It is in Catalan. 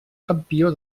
campió